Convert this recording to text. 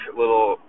little